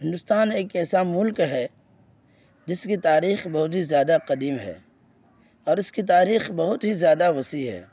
ہندوستان ایک ایسا ملک ہے جس کی تاریخ بہت ہی زیادہ قدیم ہے اور اس کی تاریخ بہت ہی زیادہ وسیع ہے